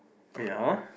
wait ah